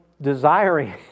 desiring